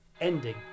ending